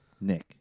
Nick